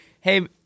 hey